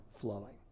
flowing